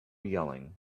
yelling